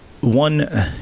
One